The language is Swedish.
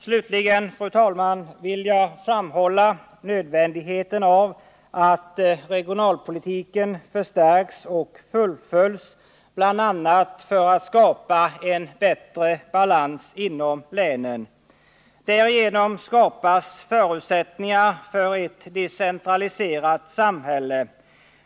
Slutligen, fru talman, vill jag framhålla nödvändigheten av att regionalpolitiken förstärks och fullföljs, bl.a. för att skapa en bättre balans inom länen. Därigenom skapas förutsättningar för ett decentraliserat samhälle.